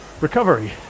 recovery